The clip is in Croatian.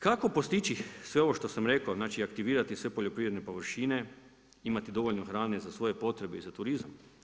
Kako postići sveo ovo što sam rekao, znači, aktivirati sve poljoprivredne površine, imati dovoljno hrane za svoje potrebe i za turizam.